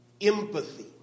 empathy